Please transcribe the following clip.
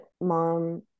mom